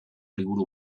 liburu